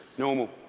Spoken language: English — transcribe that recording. normal.